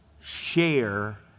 share